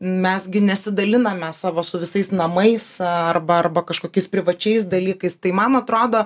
mes gi nesidaliname savo su visais namais arba arba kažkokiais privačiais dalykais tai man atrodo